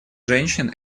женщин